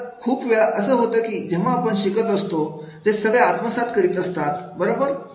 तर खूप वेळा असे होते की जेव्हा आपण शिकवत असतो ते सगळे आत्मसात करीत असतात बरोबर